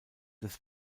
des